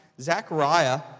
Zechariah